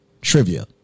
trivia